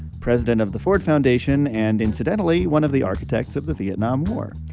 president of the ford foundation and, incidentally, one of the architects of the vietnam war.